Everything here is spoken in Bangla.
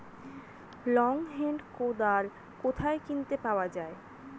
লং হেন্ড কোদাল কোথায় কিনতে পাওয়া যায়?